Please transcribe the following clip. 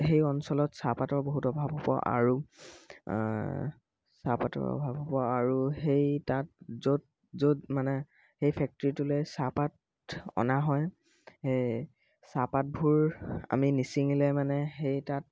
সেই অঞ্চলত চাহপাতৰ বহুত অভাৱ হ'ব আৰু চাহপাতৰ অভাৱ হ'ব আৰু সেই তাত য'ত য'ত মানে সেই ফেক্ট্ৰিটোলৈ চাহপাত অনা হয় সেই চাহপাতবোৰ আমি নিচিঙিলে মানে সেই তাত